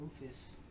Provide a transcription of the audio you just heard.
rufus